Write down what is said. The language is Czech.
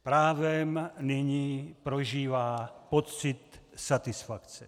Právem nyní prožívá pocit satisfakce.